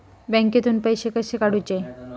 बँकेतून पैसे कसे काढूचे?